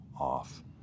off